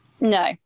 No